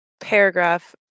paragraph